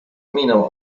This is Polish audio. miną